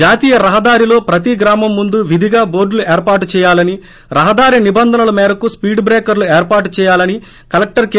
జాతీయ రహదారిలో ప్రతీ గ్రామం ముందు విధిగా బోర్దులు ఏర్పాటు చేయాలని రహదారి నిబంధనల మేరకు స్పీడ్ ట్రేకర్లు ఏర్పాటు చేయాలని కలెక్టర్ కె